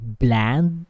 bland